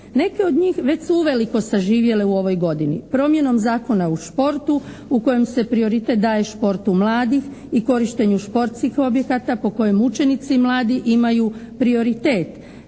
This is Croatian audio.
Neke od njih već su uveliko zaživjele u ovoj godini. Promjenom Zakona o športu u kojem se prioritet daje športu mladih i korištenju športskih objekata po kojem učenici i mladi imaju prioritet.